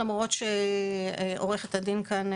למרות שעורכת הדין כאן,